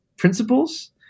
principles